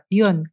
yun